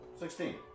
Sixteen